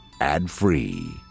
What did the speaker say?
ad-free